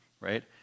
right